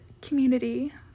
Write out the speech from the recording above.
community